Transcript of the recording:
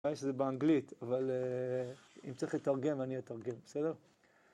יש את זה באנגלית, אבל אם צריך לתרגם, אני אתרגם, בסדר?